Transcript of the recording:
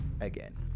again